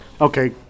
Okay